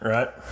Right